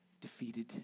defeated